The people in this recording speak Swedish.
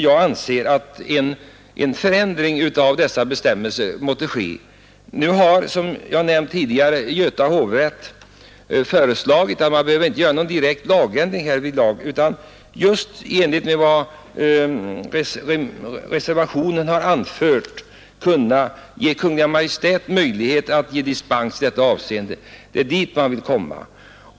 Jag anser att en förändring av dessa bestämmelser måste ske. Som jag nämnde tidigare har Göta hovrätt föreslagit att man inte skall behöva göra någon direkt lagändring utan att man just i enlighet med vad reservationen har anfört skall kunna ge Kungl. Maj:t möjlighet att bevilja dispens i detta avseende. Det är dit man vill komma.